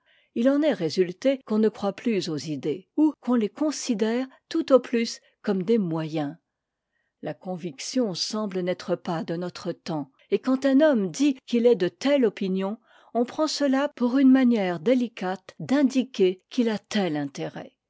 il en est résulté qu'on ne croit plus aux idées ou qu'on les considère tout au plus comme des moyens la conviction semble n'être pas de notre temps et quand un homme dit qu'il est de telle opinion on prend cela pour une manière délicate d'indiquer qu'il a tel intérêt